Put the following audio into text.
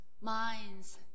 minds